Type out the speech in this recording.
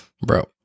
bro